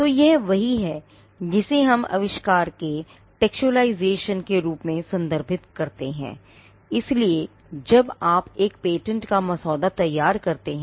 तो यह वही है जिसे हम आविष्कार के टेकस्टुअलाइजेशन किया जाता है